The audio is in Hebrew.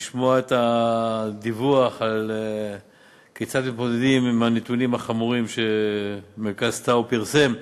לשמוע את הדיווח כיצד מתמודדים עם הנתונים החמורים שמרכז טאוב פרסם.